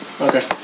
Okay